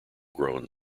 grown